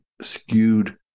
skewed